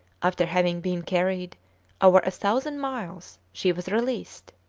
after having been carried over a thousand miles, she was released.